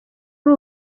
ari